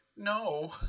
no